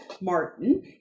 Martin